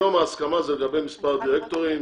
היום ההסכמה לגבי מספר דירקטורים,